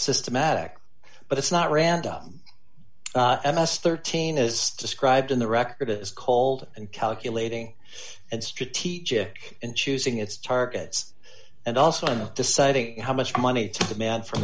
systematic but it's not random and must thirteen as described in the record as cold and calculating and strategic in choosing its targets and also in deciding how much money to demand f